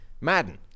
Madden